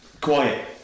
quiet